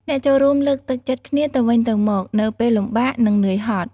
អ្នកចូលរួមលើកទឹកចិត្តគ្នាទៅវិញទៅមកនៅពេលលំបាក និងនឿយហត់។